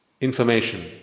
information